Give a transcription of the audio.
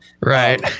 right